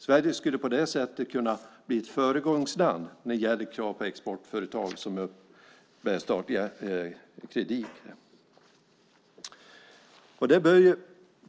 Sverige skulle på det sättet kunna bli ett föregångsland när det gäller krav på exportföretag som uppbär statliga krediter.